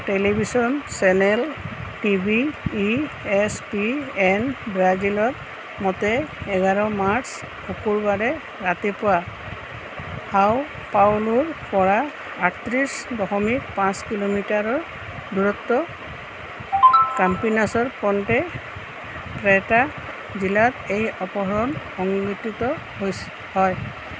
television channel T V E S P N ব্ৰাজিলৰ মতে এঘাৰ মাৰ্চ শুকুৰবাৰে ৰাতিপুৱা সাও পাওলোৰ পৰা আঠত্ৰিছ দশমিক পাঁচ কিলোমিটাৰ দূৰত কাম্পিনাছৰ পণ্টে প্ৰেটা জিলাত এই অপহৰণ সংঘটিত হয়